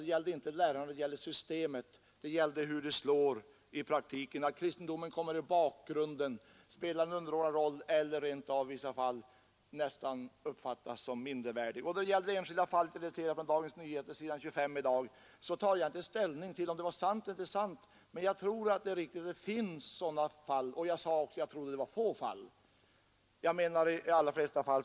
Det är inte lärarna det gäller; det gäller systemet och hur detta slår i praktiken. Det gäller att kristendomen kommer i bakgrunden och får spela en underordnad roll. I vissa fall kommer den rent av att uppfattas som mindervärdig Ett enskilt fall är relaterat på s. 25 i dagens nummer av Dagens Nyheter. Jag tar inte ställning till om det är sant eller inte sant, men jag tror att det är riktigt att det finns sådana fall. Jag sade också, att jag tror att det är få fall.